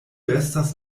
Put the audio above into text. estas